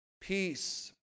peace